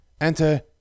Enter